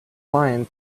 lion